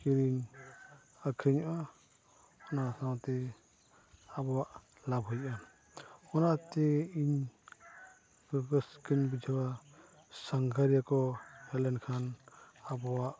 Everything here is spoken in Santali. ᱠᱤᱨᱤᱧ ᱟᱹᱠᱷᱨᱤᱧᱚᱜᱼᱟ ᱚᱱᱟ ᱥᱟᱶᱛᱮ ᱟᱵᱚᱣᱟᱜ ᱞᱟᱵᱷ ᱦᱩᱭᱩᱜᱼᱟ ᱚᱱᱟᱛᱮ ᱤᱧ ᱨᱟᱹᱥᱠᱟᱹᱧ ᱵᱩᱡᱷᱟᱹᱣᱟ ᱥᱟᱸᱜᱷᱟᱨᱤᱭᱟᱹ ᱠᱚ ᱦᱩᱭ ᱞᱮᱱᱠᱷᱟᱱ ᱟᱵᱚᱣᱟᱜ